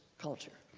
culture.